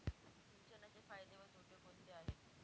सिंचनाचे फायदे व तोटे कोणते आहेत?